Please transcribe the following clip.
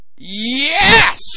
Yes